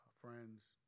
friends